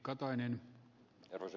arvoisa puhemies